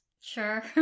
Sure